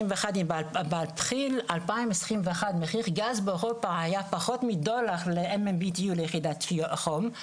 ב-2021 מחיר גז באירופה היה פחות מדולר ל-BTU ליחידת החום,